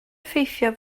ffeithiau